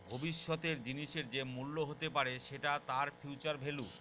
ভবিষ্যতের জিনিসের যে মূল্য হতে পারে সেটা তার ফিউচার ভেল্যু